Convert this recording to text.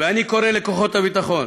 אני קורא לכוחות הביטחון